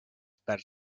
perd